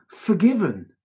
forgiven